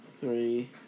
Three